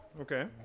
Okay